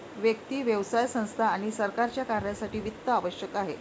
व्यक्ती, व्यवसाय संस्था आणि सरकारच्या कार्यासाठी वित्त आवश्यक आहे